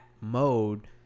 mode